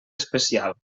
especial